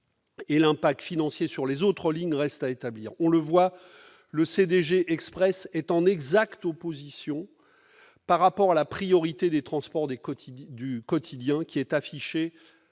Et l'impact financier sur les autres lignes reste à établir ! On le voit, le CDG Express est en exacte opposition à la priorité aux transports quotidiens affichée